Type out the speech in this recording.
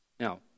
Now